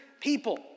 people